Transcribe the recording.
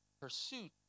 Pursuit